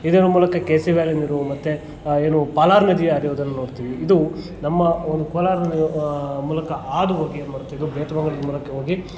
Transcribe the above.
ಇದರ ಮೂಲಕ K C valley ನೀರು ಮತ್ತೆ ಏನು ಪಾಲಾರ್ ನದಿ ಹರಿಯೋದನ್ನು ನೋಡ್ತೀವಿ ಇದು ನಮ್ಮ ಒಂದು ಕೋಲಾರ ಮೂಲಕ ಹಾದು ಹೋಗಿ ಏನು ಮಾಡುತ್ತೆ ಇದು ಬೇತಮಂಗಲದ ಮೂಲಕ ಹೋಗಿ